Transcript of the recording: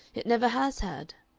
it never has had.